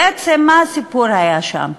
בעצם מה הסיפור שהיה שם?